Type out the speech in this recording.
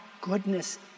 goodness